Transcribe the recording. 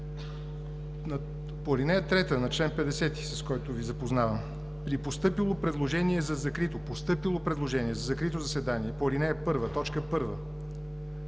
По ал. 3 на чл. 50, с който Ви запознавам: „При постъпило предложение за закрито заседание по ал. 1, т. 1